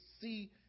see